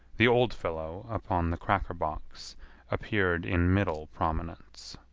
the old fellow upon the cracker box appeared in middle prominence.